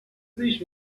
sich